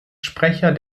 sprecher